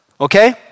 okay